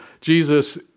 Jesus